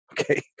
okay